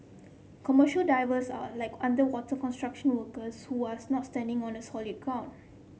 commercial divers are like underwater construction workers who was not standing on solid